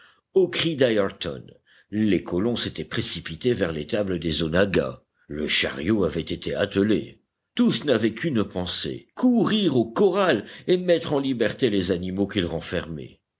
au cri d'ayrton les colons s'étaient précipités vers l'étable des onaggas le chariot avait été attelé tous n'avaient qu'une pensée courir au corral et mettre en liberté les animaux qu'il renfermait